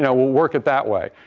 yeah we'll work at that way.